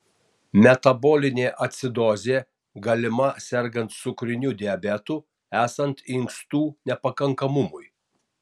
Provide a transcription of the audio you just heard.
metabolinė acidozė galima sergant cukriniu diabetu esant inkstų nepakankamumui